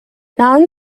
non